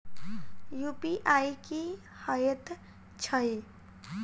UPI की हएत छई?